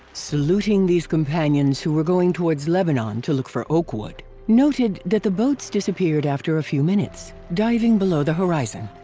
saluting these companions who were going towards lebanon to look for oak wood, noted that the boats disappeared after a few minutes, diving below the horizon.